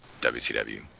WCW